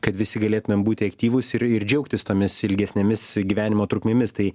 kad visi galėtumėm būti aktyvūs ir ir džiaugtis tomis ilgesnėmis gyvenimo trukmėmis tai